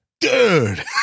dude